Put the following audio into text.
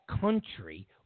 country